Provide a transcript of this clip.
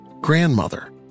grandmother